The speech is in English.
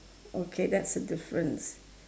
okay that's a difference